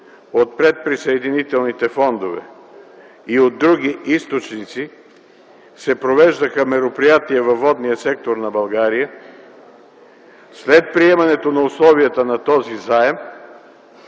от предприсъединителните фондове и от други източници се провеждаха мероприятия във водния сектор на България, след приемането на условията на този заем